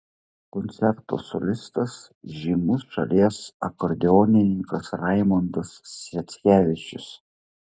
koncerto solistas žymus šalies akordeonininkas raimondas sviackevičius